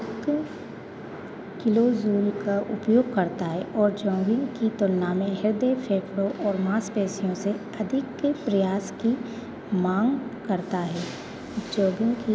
kilo का उपयोग करता है और जॉगिंग की तुलना में हृदय और माँसपेशियों से अधिक प्रयास की माँग करता है जॉगिंग की